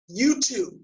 YouTube